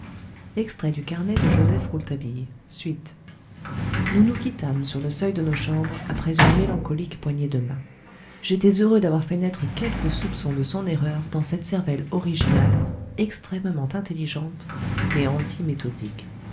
extrait du carnet de joseph rouletabille suite nous nous quittâmes sur le seuil de nos chambres après une mélancolique poignée de mains j'étais heureux d'avoir fait naître quelque soupçon de son erreur dans cette cervelle originale extrêmement intelligente mais